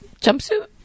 jumpsuit